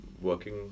working